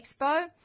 expo